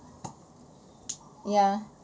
ya